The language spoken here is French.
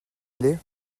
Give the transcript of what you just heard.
allez